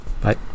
Bye